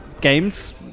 Games